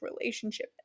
relationship